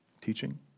teaching